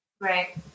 Right